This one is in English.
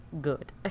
good